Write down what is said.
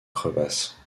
crevasse